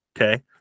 okay